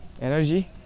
energy